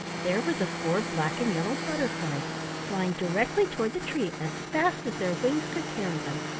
there were the four black-and-yellow butterflies flying directly toward the tree as fast as their wings could carry them,